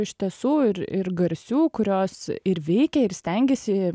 iš tiesų ir ir garsių kurios ir veikia ir stengiasi